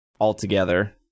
altogether